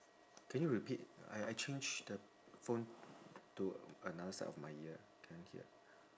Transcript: can you repeat I I change the phone to another side of my ear can't hear